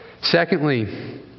Secondly